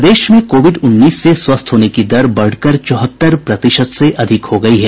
प्रदेश में कोविड उन्नीस से स्वस्थ होने की दर बढ़कर चौहत्तर प्रतिशत से अधिक हो गयी है